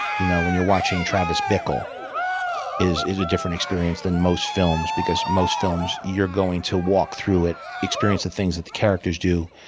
you know when you're watching travis bickle is a different experience than most films, because most films, you're going to walk through it experiencing things that the characters do.